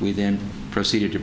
we then proceeded to